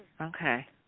Okay